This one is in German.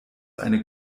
eine